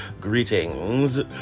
Greetings